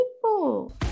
people